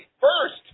first